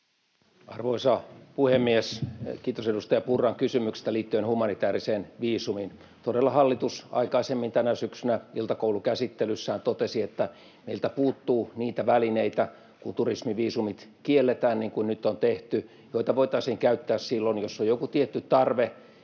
Arvoisa puhemies! Kiitos edustaja Purran kysymyksestä liittyen humanitääriseen viisumiin. Todella hallitus aikaisemmin tänä syksynä iltakoulukäsittelyssään totesi, että meiltä puuttuu niitä välineitä, kun turismiviisumit kielletään, niin kuin nyt on tehty, joita voitaisiin käyttää silloin, jos on joku tietty tarve,